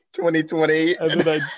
2020